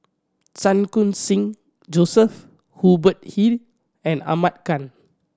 Chan Khun Sing Joseph Hubert Hill and Ahmad Khan